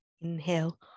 Inhale